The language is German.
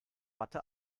watte